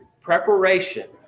preparation